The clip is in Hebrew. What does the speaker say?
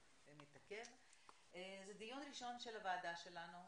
13:00. זה דיון ראשון של הוועדה שלנו,